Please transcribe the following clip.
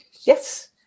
Yes